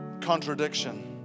contradiction